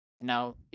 Now